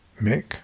Mick